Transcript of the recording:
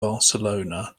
barcelona